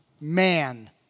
man